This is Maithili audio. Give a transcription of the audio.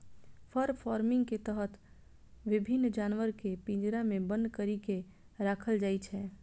फर फार्मिंग के तहत विभिन्न जानवर कें पिंजरा मे बन्न करि के राखल जाइ छै